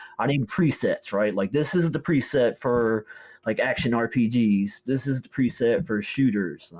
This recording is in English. i need presets, right? like this is the preset for like action rpgs. this is the preset for shooters.